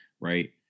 Right